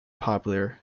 popular